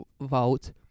vote